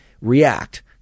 react